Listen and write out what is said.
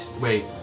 wait